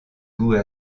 goût